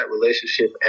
relationship